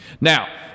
Now